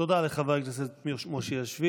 תודה לחבר הכנסת מושיאשוילי.